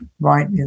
right